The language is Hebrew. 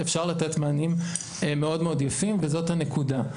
אפשר לתת מענים מאוד מאוד יפים וזאת הנקודה.